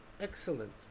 excellent